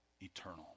eternal